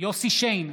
יוסף שיין,